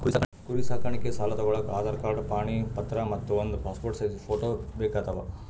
ಕುರಿ ಸಾಕಾಣಿಕೆ ಸಾಲಾ ತಗೋಳಕ್ಕ ಆಧಾರ್ ಕಾರ್ಡ್ ಪಾಣಿ ಪತ್ರ ಮತ್ತ್ ಒಂದ್ ಪಾಸ್ಪೋರ್ಟ್ ಸೈಜ್ ಫೋಟೋ ಬೇಕಾತವ್